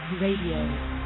Radio